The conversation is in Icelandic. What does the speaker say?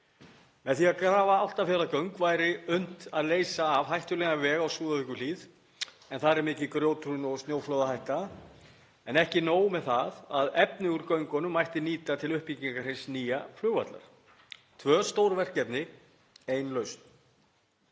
Með því að grafa Álftafjarðargöng væri unnt að leysa af hættulegan veg um Súðavíkurhlíð. Þar er mikið grjóthrun og snjóflóðahætta en ekki nóg með það, efni úr göngunum mætti nýta til uppbyggingar hins nýja flugvallar. Tvö stór verkefni, ein lausn.